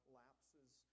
lapses